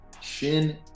Shin